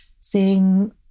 seeing